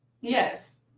Yes